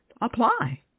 apply